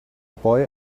boy